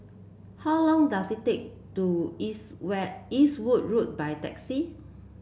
how long does it take to Eastwood Road by taxi